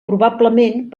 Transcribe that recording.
probablement